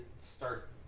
Start